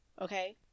Okay